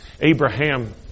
Abraham